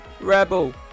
REBEL